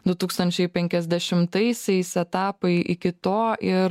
du tūkstančiai penkiasdešimtaisiais etapai iki to ir